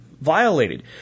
violated